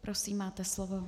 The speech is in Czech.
Prosím máte slovo.